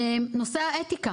נושא האתיקה